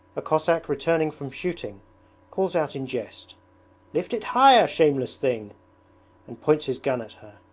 a cossack returning from shooting calls out in jest lift it higher, shameless thing and points his gun at her.